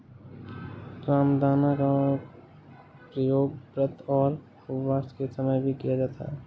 रामदाना का प्रयोग व्रत और उपवास के समय भी किया जाता है